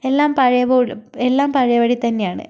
എല്ലാം പഴയപോലെ എല്ലാം പഴയപടി തന്നെയാണ്